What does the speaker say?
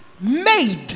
made